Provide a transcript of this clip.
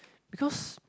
because